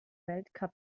weltcup